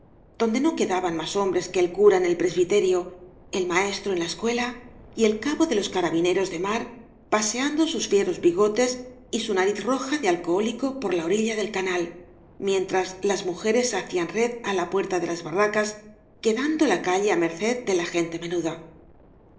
donde no quedaban más hombres que el cura en el presbiterio el maestro en la escuela y el cabo de los carabineros de mar paseando sus fieros bigotes y su nariz roja de alcohólico por la orilla del canal mientras las mujeres hacían red á la puerta de las barracas quedando la calle á merced de la gente menuda